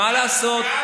מה לעשות,